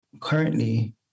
currently